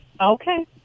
Okay